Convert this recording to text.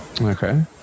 Okay